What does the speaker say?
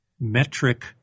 metric